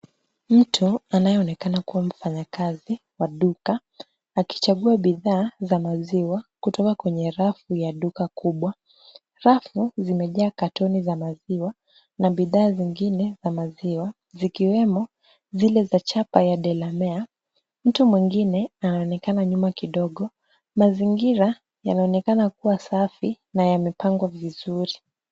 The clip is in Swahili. Mtu anayeonekana kuwa mfanyakazi wa duka akichagua bidhaa za maziwa kutoka kwenye rafu ya duka kubwa. Rafu zimejaa katoni za maziwa na bidhaa zingine za maziwa zikiwemo zile za chapa ya Delamere . Mtu mwingine anaonekana nyuma kidogo, mazingira yanaonekana kuwa safi na yamepangwa vizuri.